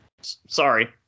Sorry